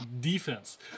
defense